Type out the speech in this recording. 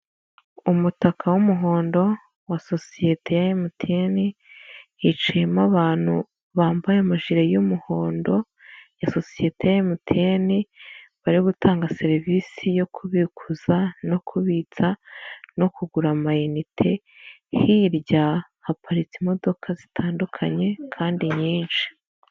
Umutaka w'umuhondo wa sosiyete ya MTN hiciyemo abantu bambaye amajire y'umuhondo ya sosiyete ya MTN bari gutanga serivisi yo kubikuza no kubitsa no kugura amayinite, hirya haparitse imodoka zitandukanye kandi nyinshi.